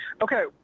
Okay